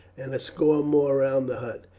and a score more round the hut.